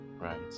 right